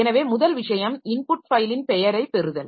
எனவே முதல் விஷயம் இன்புட் ஃபைலின் பெயரைப் பெறுதல்